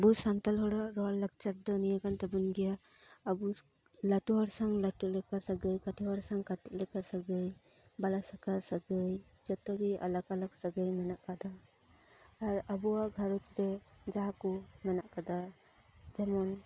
ᱟᱵᱚ ᱥᱟᱱᱛᱟᱲ ᱦᱚᱲᱟᱜ ᱨᱚᱲ ᱞᱟᱠᱪᱟᱨ ᱫᱚ ᱱᱤᱭᱟᱹ ᱠᱟᱱ ᱛᱟᱵᱚᱱ ᱜᱮᱭᱟ ᱟᱵᱚ ᱞᱟᱴᱩ ᱦᱚᱲ ᱥᱟᱝ ᱞᱟᱴᱩ ᱞᱮᱠᱟ ᱥᱟᱹᱜᱟᱹᱭ ᱠᱟᱴᱤᱡ ᱦᱚᱲ ᱥᱟᱝ ᱠᱟᱴᱤᱡ ᱞᱮᱠᱟ ᱥᱟᱹᱜᱟᱹᱭ ᱵᱟᱞᱟ ᱥᱟᱠᱟ ᱥᱟᱜᱟᱹᱭ ᱡᱚᱛᱚ ᱜᱮ ᱟᱞᱟᱠ ᱟᱞᱟᱠ ᱥᱟᱹᱜᱟᱹᱭ ᱢᱮᱱᱟᱜ ᱟᱠᱟᱫᱟ ᱟᱨ ᱟᱵᱚᱣᱟᱜ ᱜᱷᱟᱨᱚᱸᱡᱽ ᱨᱮ ᱡᱟᱦᱟᱸ ᱠᱚ ᱢᱮᱱᱟᱜ ᱟᱠᱟᱫᱟ ᱡᱮᱢᱚᱱ